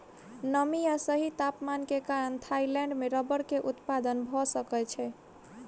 नमी आ सही तापमान के कारण थाईलैंड में रबड़ के उत्पादन भअ सकै छै